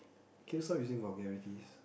can you stop using vulgarities